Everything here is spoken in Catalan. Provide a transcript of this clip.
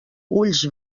ulls